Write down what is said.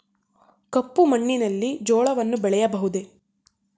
ಕಪ್ಪು ಮಣ್ಣಿನಲ್ಲಿ ಜೋಳವನ್ನು ಬೆಳೆಯಬಹುದೇ?